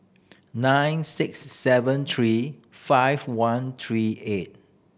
nine six seven three five one three eight